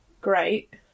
great